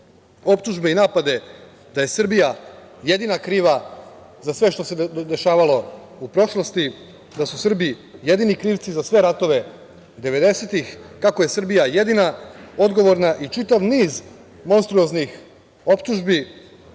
optužbe i napade da je Srbija jedina kriva za sve što se dešavalo u prošlosti, da su Srbi jedini krivci za sve ratove devedesetih, kako je Srbija jedina odgovorna i čitav niz monstruoznih optužbi